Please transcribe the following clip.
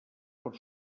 per